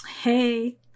hey